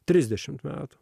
trisdešimt metų